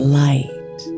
light